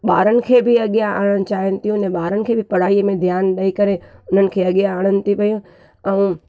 ॿारनि खे बि अॻियां आणणु चाहीनि थियूं इन ॿारनि खे बि पढ़ाई में ध्यानु ॾेई करे उन्हनि खे अॻियां आणणु थी पयूं ऐं